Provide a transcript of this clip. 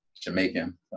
Jamaican